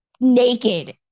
naked